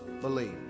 believe